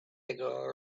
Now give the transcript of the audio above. ago